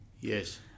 Yes